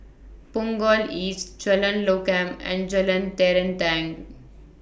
Punggol East Jalan Lokam and Jalan Terentang